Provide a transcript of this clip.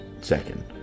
second